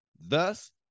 Thus